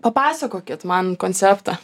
papasakokit man konceptą